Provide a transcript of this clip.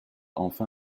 enfin